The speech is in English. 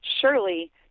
surely